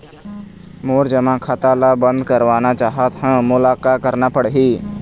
मोर जमा खाता ला बंद करवाना चाहत हव मोला का करना पड़ही?